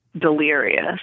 delirious